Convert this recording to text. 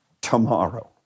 tomorrow